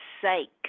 sake